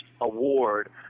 award